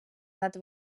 над